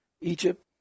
Egypt